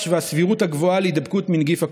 והסבירות הגבוהה להידבקות בנגיף הקורונה.